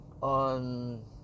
on